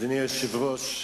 אדוני היושב-ראש,